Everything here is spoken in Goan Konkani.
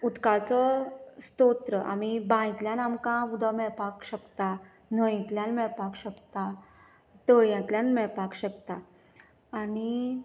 उदकाचो स्तोत्र आमी बांयतल्यान आमकां उदक मेळपाक शकता न्हंयेंतल्यान मेळपाक शकता तळयांतल्यान मेळपाक शकता आनी